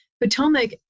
Potomac